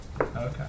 Okay